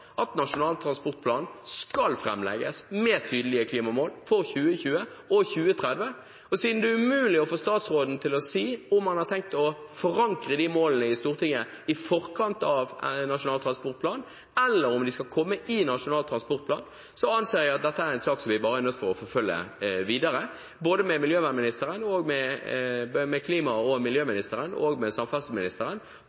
at Nasjonal transportplan skal framlegges med tydelige klimamål for 2020 og 2030. Og siden det er umulig å få statsråden til å si om han har tenkt å forankre de målene i Stortinget i forkant av Nasjonal transportplan, eller om de skal komme i Nasjonal transportplan, anser jeg at dette er en sak som vi er nødt til å forfølge, med både klima- og miljøministeren og samferdselsministeren,